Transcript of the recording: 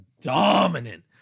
dominant